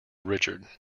richard